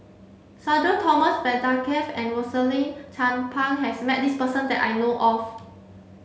Sudhir Thomas Vadaketh and Rosaline Chan Pang has met this person that I know of